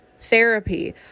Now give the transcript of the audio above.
therapy